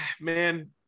man